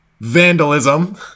vandalism